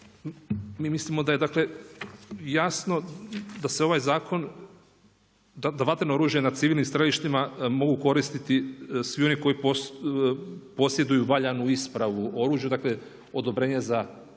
mi mislimo da je jasno da se ovaj zakon, da vatreno oružje na civilnim središtima mogu koristit svi oni koji posjeduju valjanu ispravu o oružju, dakle, odobrenje za